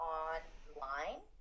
online